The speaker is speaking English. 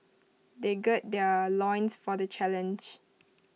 they gird their loins for the challenge